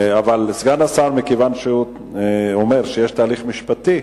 אבל סגן השר, מכיוון שהוא אומר שיש תהליך משפטי,